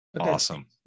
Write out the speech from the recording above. Awesome